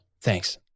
Thanks